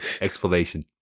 explanation